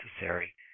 necessary